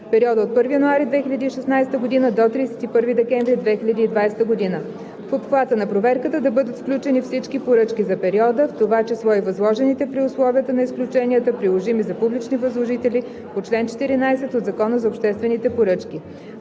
периода от 1 януари 2016 г. до 31 декември 2020 г. В обхвата на проверката да бъдат включени всички поръчки за периода, в това число и възложените при условията на изключенията, приложими за публични възложители, по чл. 14 от Закона за обществените поръчки.